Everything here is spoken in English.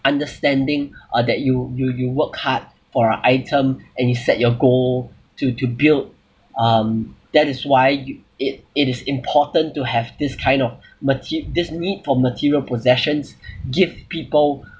understanding uh that you you you work hard for a item and you set your goal to to build um that is why it it is important to have this kind of mate~ this need for material possessions give people